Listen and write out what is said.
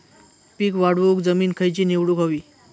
पीक वाढवूक जमीन खैची निवडुक हवी?